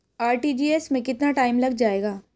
RTGS में कितना time लग जाएगा?